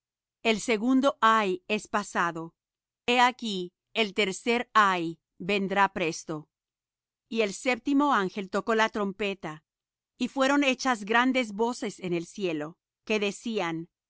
el segundo ay es pasado he aquí el tercer ay vendrá presto y el séptimo ángel tocó la trompeta y fueron hechas grandes voces en el cielo que decían